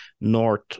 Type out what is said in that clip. North